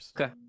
Okay